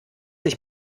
ich